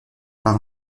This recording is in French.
par